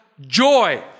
joy